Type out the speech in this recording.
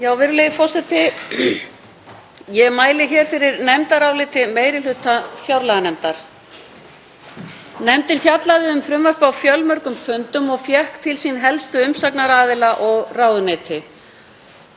Virðulegi forseti. Ég mæli fyrir nefndaráliti meiri hluta fjárlaganefndar. Nefndin fjallaði um frumvarpið á fjölmörgum fundum og fékk til sín helstu umsagnaraðila og ráðuneyti.